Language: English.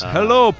Hello